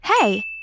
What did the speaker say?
Hey